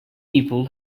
people